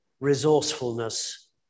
resourcefulness